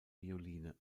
violine